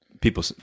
people